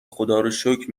خداروشکر